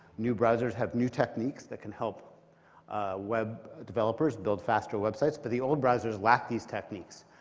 new browsers have new techniques that can help web developers build faster websites. but the old browsers lack these techniques,